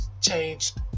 changed